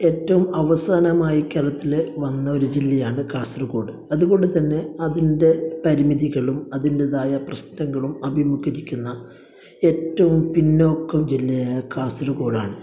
ഏറ്റവും അവസാനമായി കേരളത്തില് വന്നൊരു ജില്ലയാണ് കാസർഗോഡ് അതുകൊണ്ടുതന്നെ അതിൻ്റെ പരിമിതികളും അതിൻ്റെതായ പ്രശ്നങ്ങളും അഭിമുഖീകരിക്കുന്ന ഏറ്റവും പിന്നോക്കം ജില്ലയായ കാസർഗോഡാണ്